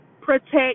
protect